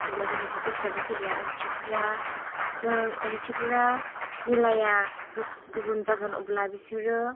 जेब्ला जों मेथाइखौ रोजाबो जेब्ला ओंथिफ्रा जों ओंथिफ्रा मिलाया गुबुन जागोन अब्ला बिसोरो